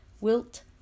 wilt